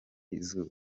y’izuba